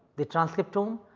the transcriptome,